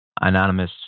anonymous